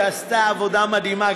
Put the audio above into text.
שעשתה עבודה מדהימה,